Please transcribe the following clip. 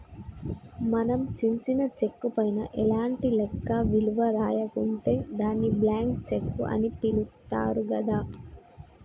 మనం చించిన చెక్కు పైన ఎలాంటి లెక్క విలువ రాయకుంటే దాన్ని బ్లాంక్ చెక్కు అని పిలుత్తారు గదా